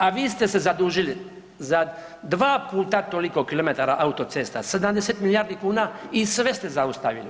A vi ste se zadužili za dva puta toliko kilometara autocesta, 70 milijardi kuna i sve ste zaustavili.